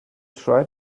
try